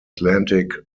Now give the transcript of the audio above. atlantic